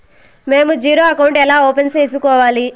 మేము zero account ఎలా open సేసుకోవాలి